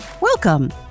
welcome